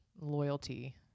loyalty